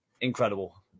incredible